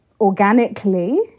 organically